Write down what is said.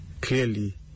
clearly